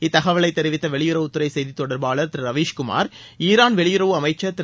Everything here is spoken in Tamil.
இந்தத் தகவலை தெரிவித்த வெளியுறவுத்துறை செய்தித் தொடர்பாளர் திரு ரவீஸ்குமார் ஈரான் வெளியுறவு அமைச்சர் திரு